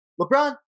LeBron